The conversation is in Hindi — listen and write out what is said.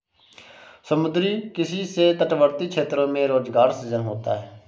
समुद्री किसी से तटवर्ती क्षेत्रों में रोजगार सृजन होता है